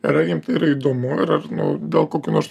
ir ar jiem tai yra įdomu ir ar nu dėl kokių nors